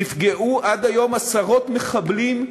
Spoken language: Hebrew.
נפגעו עד היום עשרות מחבלים,